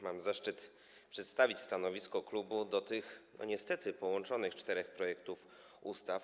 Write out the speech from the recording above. Mam zaszczyt przedstawić stanowisko klubu dotyczące tych, niestety, połączonych czterech projektów ustaw.